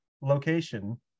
location